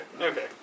Okay